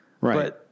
Right